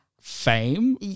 fame